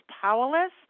powerless